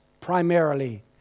primarily